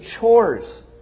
chores